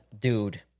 dude